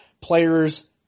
players